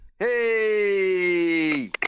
hey